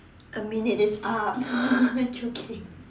a minute is up joking